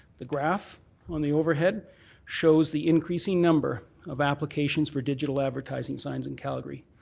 the graph on the overhead shows the increasing number of applications for digital advertising signs in calgary.